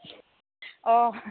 अ